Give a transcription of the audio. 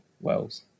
wells